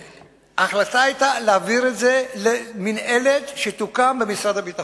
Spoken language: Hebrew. ההחלטה היתה להעביר את זה למינהלת שתוקם במשרד הביטחון.